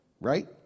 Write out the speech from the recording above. Right